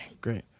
great